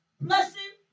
blessing